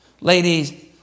ladies